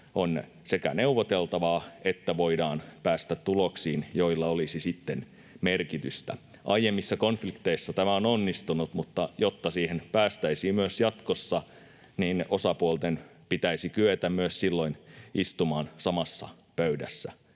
on neuvoteltavaa että voidaan päästä tuloksiin, joilla olisi sitten merkitystä. Aiemmissa konflikteissa tämä on onnistunut, mutta jotta siihen päästäisiin myös jatkossa, osapuolten pitäisi kyetä silloin myös istumaan samassa pöydässä.